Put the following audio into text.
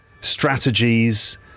strategies